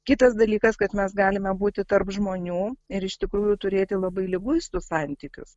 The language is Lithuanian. kitas dalykas kad mes galime būti tarp žmonių ir iš tikrųjų turėti labai liguistus santykius